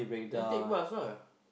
then take bus lah